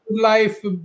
life